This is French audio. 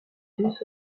deux